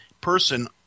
person